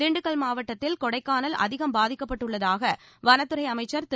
திண்டுக்கல் மாவட்டத்தில் கொடைக்கானல் அதிகம் பாதிக்கப்பட்டுள்ளதாக வனத்துறை அமைச்சர் திரு